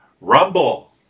Rumble